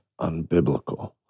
unbiblical